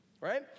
right